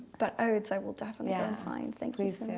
but i would say we'll definitely i'm fine. thank you.